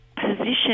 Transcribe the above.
position